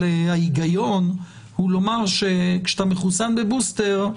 ההיגיון הוא לומר שכאשר אתה מחוסן בבוסטר,